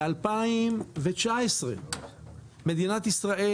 ב-2019 מדינת ישראל,